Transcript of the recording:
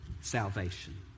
salvation